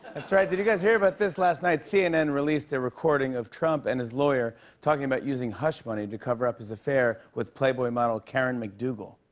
that's right. did you guys hear about this? last night, cnn released a recording of trump and his lawyer talking about using hush money to cover up his affair with playboy model karen mcdougal.